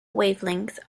wavelength